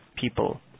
people